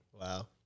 Wow